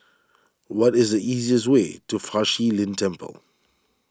what is the easiest way to Fa Shi Lin Temple